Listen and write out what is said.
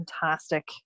fantastic